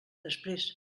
després